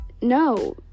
no